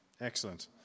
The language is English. Excellent